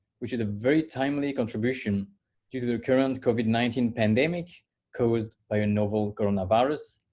which is a very timely contribution due to the current covid nineteen pandemic caused by a novel coronavirus,